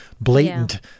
blatant